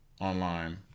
Online